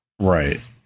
right